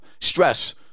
Stress